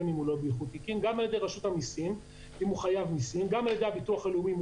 גם על ידי הביטוח הלאומי,